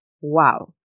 Wow